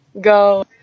go